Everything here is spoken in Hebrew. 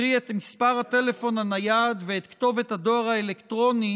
קרי את מספר הטלפון הנייד ואת כתובת הדואר האלקטרוני,